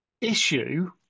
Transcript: issue